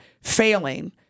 failing